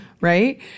Right